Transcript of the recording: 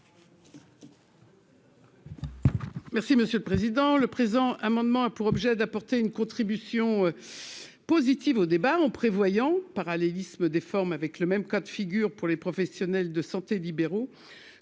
Merci monsieur le président, le présent amendement a pour objet d'apporter une contribution positive au débat en prévoyant parallélisme des formes avec le même cas de figure pour les professionnels de santé libéraux